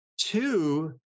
Two